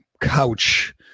couch